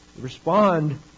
respond